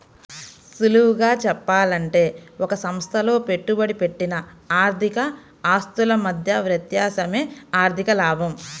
సులువుగా చెప్పాలంటే ఒక సంస్థలో పెట్టుబడి పెట్టిన ఆర్థిక ఆస్తుల మధ్య వ్యత్యాసమే ఆర్ధిక లాభం